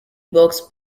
books